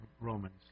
Romans